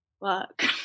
work